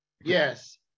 Yes